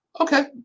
Okay